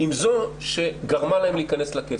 עם זו שגרמה להם להכנס לכלא.